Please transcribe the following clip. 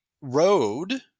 road